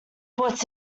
puts